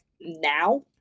now